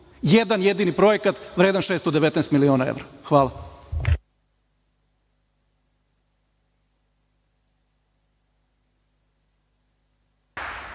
jedan jedini projekat vredan 619 miliona evra. Hvala.